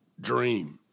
dream